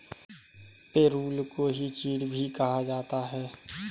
पिरुल को ही चीड़ भी कहा जाता है